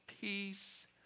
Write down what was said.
peace